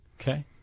Okay